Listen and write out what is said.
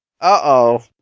Uh-oh